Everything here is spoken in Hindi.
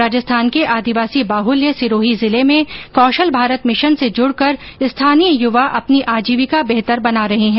राजस्थान के आदिवासी बाहुल्य सिरोही जिले में कौशल भारत मिशन से जुड़कर स्थानीय युवा अपनी आजीविका बेहतर बना रहे हैं